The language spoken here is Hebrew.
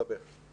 מסבך.